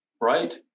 right